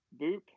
boop